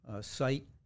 site